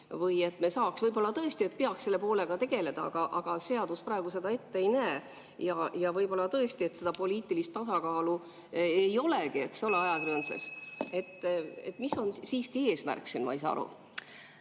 panna? Võib-olla tõesti peaks selle poolega tegelema, aga seadus praegu seda ette ei näe. Võib-olla tõesti, et seda poliitilist tasakaalu ei olegi, eks ole, ajakirjanduses. Mis on siiski eesmärk, ma ei saa aru.